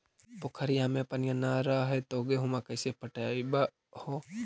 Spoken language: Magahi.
पोखरिया मे पनिया न रह है तो गेहुमा कैसे पटअब हो?